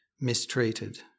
mistreated